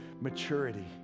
maturity